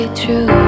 true